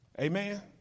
Amen